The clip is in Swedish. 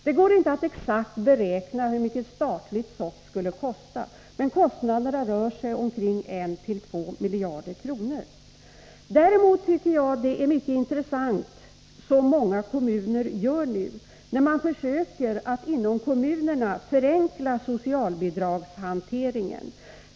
Det går inte att exakt beräkna hur mycket SOFT skulle kosta staten, men det rör sig om 1 å 2 miljarder kronor. Däremot tycker jag att det är intressant vad många kommuner nu gör. Man försöker utveckla metoder för att förenkla socialbidragshanteringen.